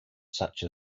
such